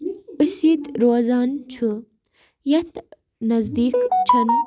أسۍ ییٚتہِ روزان چھُ یَتھ نزدیٖک چھِنہٕ